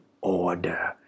order